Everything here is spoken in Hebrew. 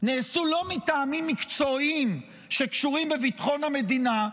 נעשו לא מטעמים מקצועיים הקשורים לביטחון המדינה,